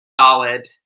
solid